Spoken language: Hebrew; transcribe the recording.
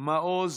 אוריאל